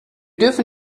dürfen